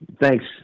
Thanks